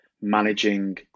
managing